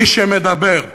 מי שמדבר,